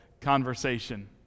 conversation